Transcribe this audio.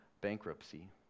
bankruptcy